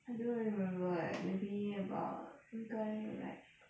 I don't really remember eh maybe about 应该 like